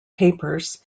papers